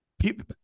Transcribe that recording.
people